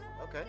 Okay